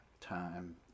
time